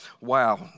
wow